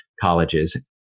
colleges